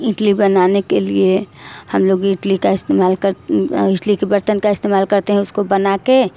इडली बनाने के लिए हम लोग इडली का इस्तेमाल कर इडली के बर्तन का इस्तेमाल करते हैं उसको बना कर